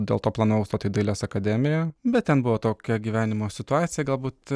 dėl to planavau stoti į dailės akademiją bet ten buvo tokia gyvenimo situacija galbūt